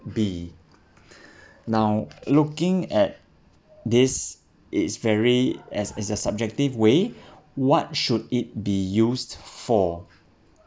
be now looking at this it's very as as a subjective way what should it be used for